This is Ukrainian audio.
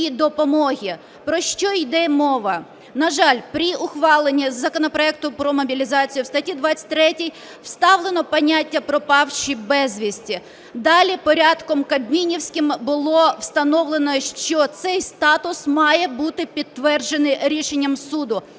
Про що йде мова? На жаль, при ухваленні законопроекту про мобілізацію в статті 23 встановлено поняття "пропавші безвісти". Далі порядком кабмінівським було встановлено, що цей статус має бути підтверджений рішенням суду.